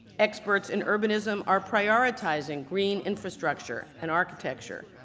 experts in urbanism are prioritizing green infrastructure and architecture.